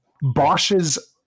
Bosch's